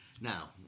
now